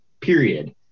period